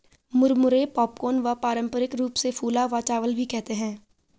मुरमुरे पॉपकॉर्न व पारम्परिक रूप से फूला हुआ चावल भी कहते है